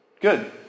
good